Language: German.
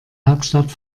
hauptstadt